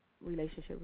Relationship